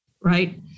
right